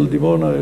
אל דימונה,